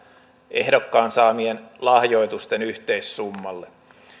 ehdokkaan saamien lahjoitusten yhteissummalle